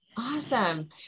Awesome